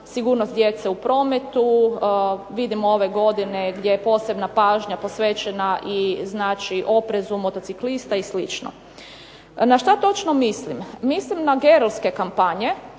sigurnost djece u prometu. Vidimo ove godine gdje je posebna pažnja posvećena i znači oprezu motociklista i slično. Na što točno mislim? Mislim na gerilske kampanje